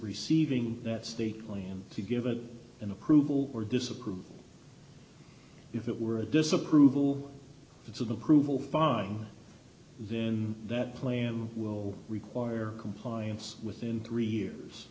receiving that stately and to give it an approval or disapproval if it were a disapproval it's an approval fine then that plan will require compliance with in three years